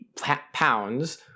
pounds